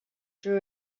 drew